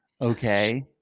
Okay